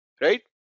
right